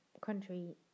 country